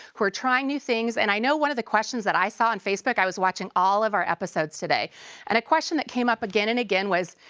who are trying new things. and i know one of the questions that i saw on facebook i was watching all of our episodes today and a question that came up again and again was,